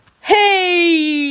Hey